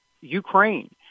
Ukraine